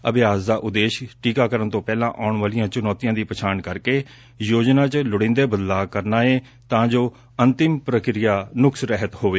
ਅਭਿਆਸ ਦਾ ਉਦੇਸ਼ ਟੀਕਾਕਰਨ ਤੋਂ ਪਹਿਲਾਂ ਆਉਣ ਵਾਲੀਆਂ ਚੁਣੌਤੀਆਂ ਦੀ ਪਛਾਣ ਕਰਕੇ ਯੋਜਨਾ ਚ ਲੋੜੀਂਦੇ ਬਦਲਾਅ ਕਰਨਾ ਏ ਤਾਂ ਜੋ ਸਾਰੀ ਪ੍ਰਕਿਰਿਆ ਨੁਕਸ ਰਹਿਤ ਹੋਵੇ